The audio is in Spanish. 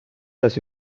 las